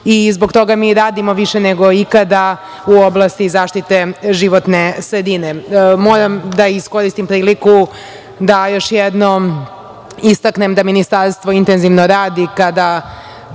Zbog toga mi radimo više nego ikada u oblasti zaštite životne sredine. Moram da iskoristim priliku da još jednom istaknem da ministarstvo intenzivno radi kada